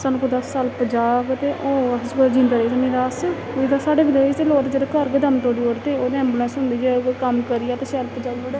सानूं कुतै अस्पताल पजाग ते होर अस कुतै अस जीदे नेईं ते अस साढ़े जनेह् लोके जेह्ड़े घर गै दम तोड़ी ओड़दे ते ओह् ऐंबुलेंस होंदी ऐ कम्म करी जा ते शैल पजाई ओड़े